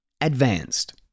Advanced